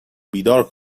بیدار